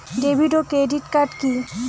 David ও credit card কি?